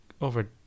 over